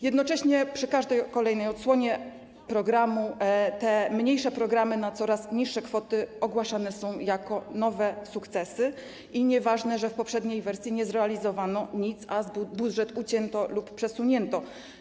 Jednocześnie przy każdej kolejnej odsłonie projektu te mniejsze programy, na coraz niższe kwoty, ogłaszane są jako nowe sukcesy i nieważne, że w poprzedniej wersji nie zrealizowano nic, a budżet ucięto lub przesunięto.